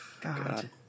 God